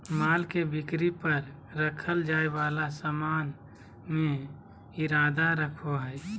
माल में बिक्री पर रखल जाय वाला सामान के इरादा रखो हइ